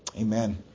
Amen